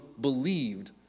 believed